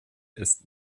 ist